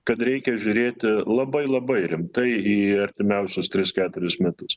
kad reikia žiūrėti labai labai rimtai į artimiausius tris keturis metus